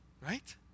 right